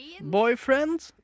boyfriend